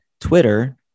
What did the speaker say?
twitter